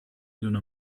دونه